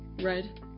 Red